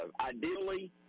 Ideally